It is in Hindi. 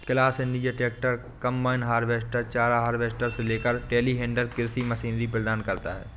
class India tractor, combine harvester, चारा हार्वेस्टर से लेकर टेलीहैंडलर कृषि मशीनरी प्रदान करता है